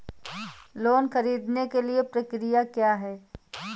Loan ख़रीदने के लिए प्रक्रिया क्या है?